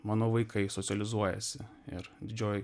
mano vaikai socializuojasi ir didžioji